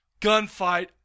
Gunfight